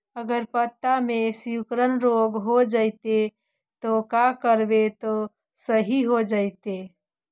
अगर पत्ता में सिकुड़न रोग हो जैतै त का करबै त सहि हो जैतै?